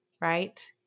right